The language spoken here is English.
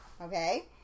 okay